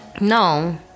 No